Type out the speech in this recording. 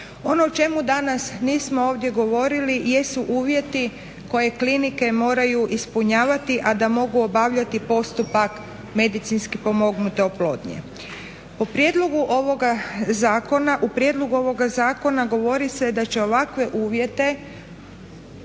Ono o čemu danas nismo ovdje govorili jesu uvjeti koje klinike moraju ispunjavati, a da mogu obavljati postupak medicinski pomognute oplodnje. U prijedlogu ovoga zakona govori se da će ovakve uvjete,